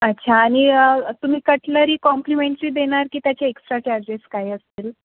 अच्छा आणि तुम्ही कटलरी कॉम्प्लिमेंटरी देणार की त्याचे एक्स्ट्रा चार्जेस काय असतील